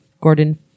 Gordon